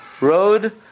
road